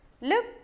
Look